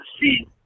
see